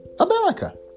America